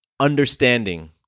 understanding